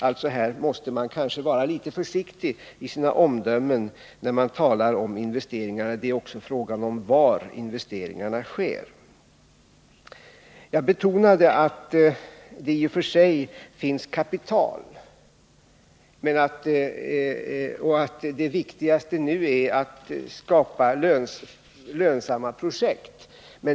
Man måste nog vara litet försiktig i sina omdömen när man talar om investeringar. Det är också fråga om var investeringarna skall ske. Jag betonade att det i och för sig finns kapital och att det viktigaste nu är att skapa lönsamma projekt.